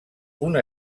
una